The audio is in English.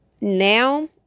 Now